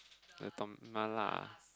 the term Mala